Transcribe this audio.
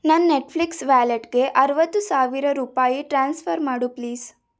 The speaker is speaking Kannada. ನನ್ನ ನೆಟ್ಫ್ಲಿಕ್ಸ್ ವ್ಯಾಲೆಟ್ಗೆ ಅರುವತ್ತು ಸಾವಿರ ರೂಪಾಯಿ ಟ್ರಾನ್ಸ್ಫರ್ ಮಾಡು ಪ್ಲೀಸ್